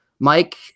Mike